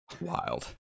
Wild